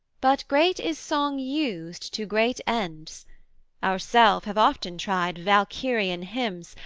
but great is song used to great ends ourself have often tried valkyrian hymns,